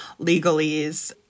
legalese